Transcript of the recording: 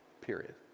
period